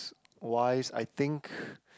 wise I think